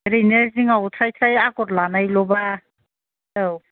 ओरैनो जिङाव थ्राय थ्राय आगर लानायल' बा औ